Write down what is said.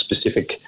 specific